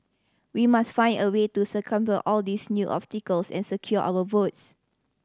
we must find a way to circumvent all these new obstacles and secure our votes